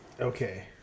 Okay